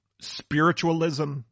spiritualism